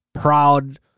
proud